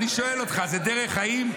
אני שואל אותך, זו דרך חיים?